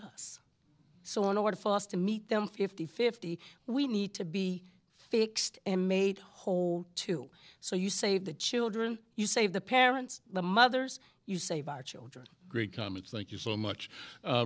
us so in order for us to meet them fifty fifty we need to be fixed and made whole too so you save the children you save the parents the mothers you save our children great comments thank you so much